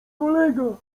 kolega